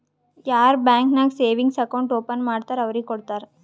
ಯಾರ್ ಬ್ಯಾಂಕ್ ನಾಗ್ savings account open ಮಾಡ್ತಾರ್ ಅವ್ರಿಗ ಕೊಡ್ತಾರ್